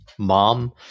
mom